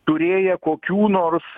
turėję kokių nors